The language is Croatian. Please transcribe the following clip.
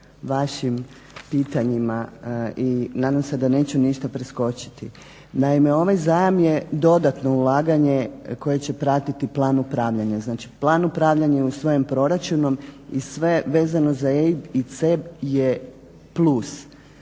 vašim pitanjima i nadam se da neću ništa preskočiti. Naime, ovaj zajam je dodatno ulaganje koje će pratiti plan upravljanja. Znači plan upravljanja svojim proračunom i sve vezano za EIB i CEB je plus.